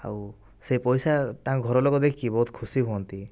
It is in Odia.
ଆଉ ସେ ପଇସା ତାଙ୍କ ଘର ଲୋକ ଦେଖିକି ବହୁତ ଖୁସି ହୁଅନ୍ତି